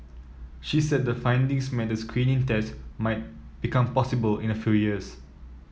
she said the findings meant a screening test might become possible in a few years